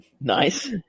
Nice